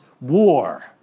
war